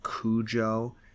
Cujo